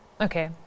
Okay